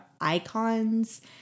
icons